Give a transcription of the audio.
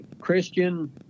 Christian